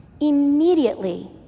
Immediately